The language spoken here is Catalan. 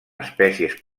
espècies